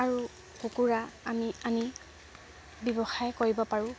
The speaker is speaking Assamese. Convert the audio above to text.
আৰু কুকুৰা আমি আনি ব্যৱসায় কৰিব পাৰোঁ